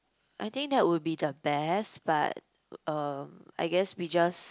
I think that would be the best but uh I guess we just